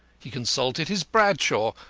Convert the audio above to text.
he consulted his bradshaw,